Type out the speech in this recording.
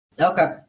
Okay